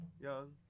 young